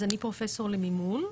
אז אני פרופסור למימון,